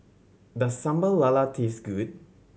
does Sambal Lala taste good